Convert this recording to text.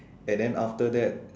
and then after that